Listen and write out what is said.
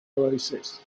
oasis